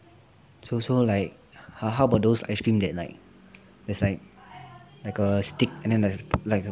it's also like how how about those ice cream that like that's like like a stick and then like